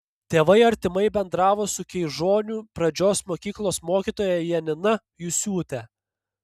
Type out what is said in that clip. tėvai artimai bendravo su keižonių pradžios mokyklos mokytoja janina jusiūte